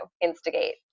instigate